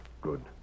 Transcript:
Good